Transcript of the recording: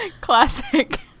Classic